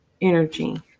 energy